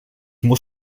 muss